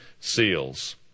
seals